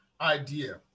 idea